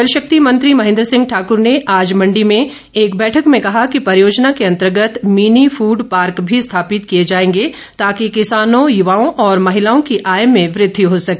जलशक्ति मंत्री महेन्द्र सिंह ठाकर ने आज मंडी में एक बैठक में कहा कि परियोजना के अंतर्गत मिनी फूड पार्क भी स्थापित किए जाएंगे ताकि किसानों युवाओं और महिलाओं की आय में वृद्धि हो सके